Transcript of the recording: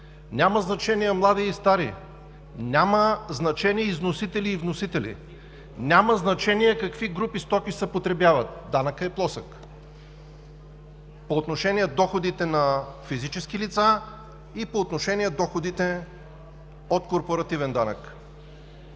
няма значение – млади и стари, няма значение – износители и вносители, няма значение какви групи стоки се потребяват, данъкът е плосък по отношение доходите на физически лица и по отношение доходите от корпоративен данък.